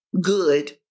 good